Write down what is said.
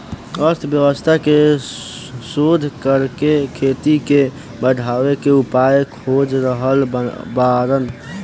अर्थशास्त्र के शोध करके खेती के बढ़ावे के उपाय खोज रहल बाड़न